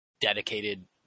dedicated